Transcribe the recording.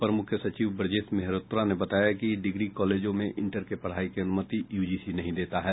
अपर मुख्य सचिव ब्रजेश मेहरोत्रा ने बताया कि डिग्री कॉलेजों में इंटर के पढ़ाई की अनुमति यूजीसी नहीं देता है